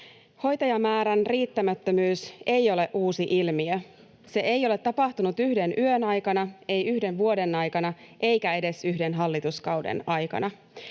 Hoitajamäärän riittämättömyys ei ole uusi ilmiö. Se ei ole tapahtunut yhden yön aikana, ei yhden vuoden aikana eikä edes yhden hallituskauden aikana.